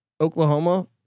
Oklahoma